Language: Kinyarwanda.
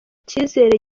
cyizere